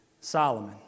Solomon